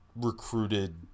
recruited